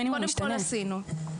קודם כל עשינו.